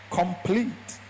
complete